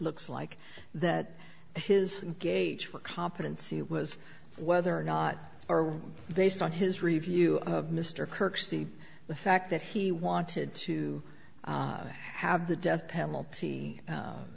looks like that his gauge for competency was whether or not based on his review of mr kirk see the fact that he wanted to have the death penalty